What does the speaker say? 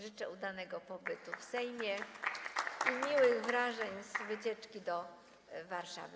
Życzę udanego pobytu w Sejmie i miłych wrażeń z wycieczki do Warszawy.